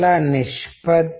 అవి కమ్యూనికేట్ చేస్తాయి